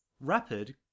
rapid